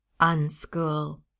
unschool